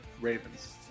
Ravens